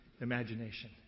imagination